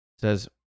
says